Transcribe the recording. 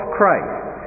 Christ